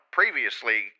previously